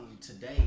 today